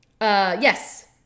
Yes